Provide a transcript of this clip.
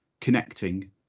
connecting